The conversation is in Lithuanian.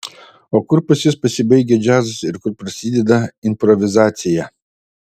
o kur pas jus pasibaigia džiazas ir kur prasideda improvizacija